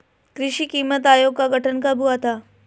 कृषि कीमत आयोग का गठन कब हुआ था?